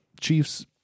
Chiefs